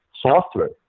software